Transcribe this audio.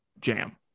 jam